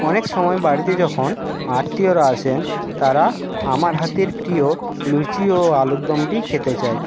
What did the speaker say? অনেক সময় বাড়িতে যখন আত্মীয়রা আসেন তারা আমার হাতের প্রিয় লুচি ও আলুর দমটিই খেতে চায়